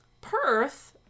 Perth